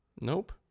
Nope